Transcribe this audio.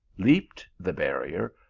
leaped the barrier,